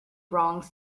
wrong